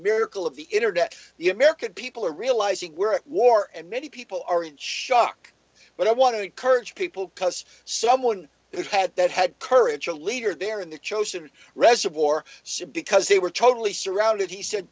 miracle of the internet the american people are realizing we're at war and many people are and shock but i want to encourage people because someone who's had that had courage a leader there in the chosin reservoir said because they were totally surrounded he said